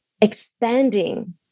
expanding